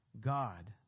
God